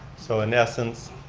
so in essence,